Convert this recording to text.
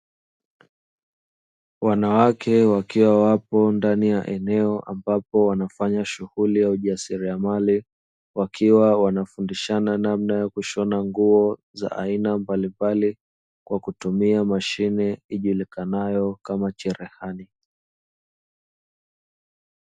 Wanawake wakiwa ndani ya eneo ambapo wanafanya shughuli ya ujariamali, wakiwa wanafundishana namna ya kushona nguo za aina mbalimbali kwa kutumia mashine ijulikanayo kama cherehani.